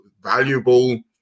valuable